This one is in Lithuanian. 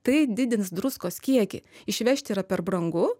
tai didins druskos kiekį išvežti yra per brangu